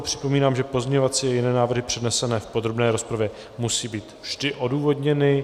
Připomínám, že pozměňovací i jiné návrhy přednesené v podrobné rozpravě musí být vždy odůvodněny.